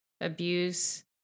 abuse